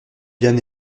yann